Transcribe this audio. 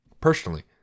Personally